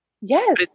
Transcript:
Yes